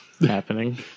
happening